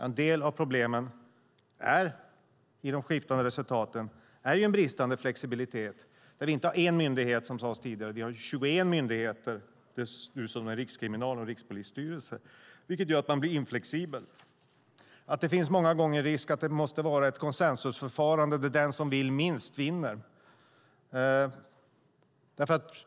En del av problemen med de skiftande resultaten är en bristande flexibilitet. Vi har inte en myndighet utan 21 myndigheter, det som nu är Rikskriminalen och Rikspolisstyrelsen, vilket gör att man blir inflexibel. Det finns många gånger risk att det måste vara ett konsensusförfarande, där den som vill minst vinner.